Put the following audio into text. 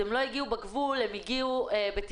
הם לא הגיעו דרך הגבול אבל הם הגיעו בטיסה.